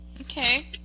Okay